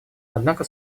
однако